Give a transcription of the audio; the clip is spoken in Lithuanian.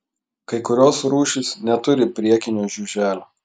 kai kurios rūšys neturi priekinio žiuželio